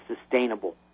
sustainable